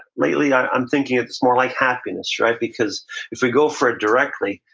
lately, i'm thinking it's more like happiness, right, because if we go for it directly,